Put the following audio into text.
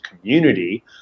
community